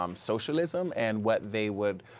um socialism and what they would,